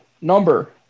number